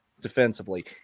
defensively